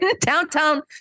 downtown